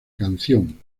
canción